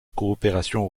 coopération